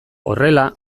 horrela